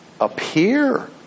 appear